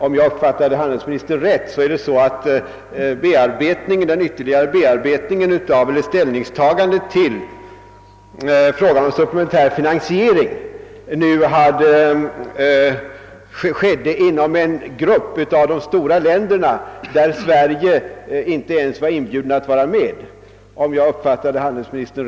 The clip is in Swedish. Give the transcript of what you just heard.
Om jag uppfattade handelsministern riktigt är det så, att det ytterligare ställningstagandet till frågan om supplementär finansiering skett inom en grupp av de stora länderna, där Sverige inte alls varit inbjudet att deltaga.